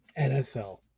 NFL